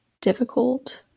difficult